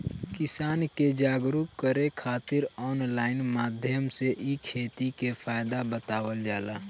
किसान के जागरुक करे खातिर ऑनलाइन माध्यम से इ खेती के फायदा बतावल जाला